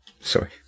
Sorry